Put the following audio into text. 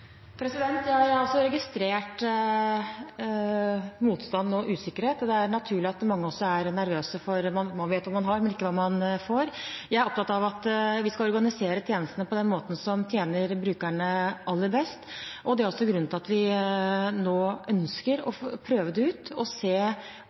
Jeg har også registrert motstand og usikkerhet. Det er naturlig at mange er nervøse, for man vet hva man har, og ikke hva man får. Jeg er opptatt av at vi skal organisere tjenestene på den måten som tjener brukerne aller best, og det er grunnen til at vi nå ønsker å